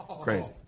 Crazy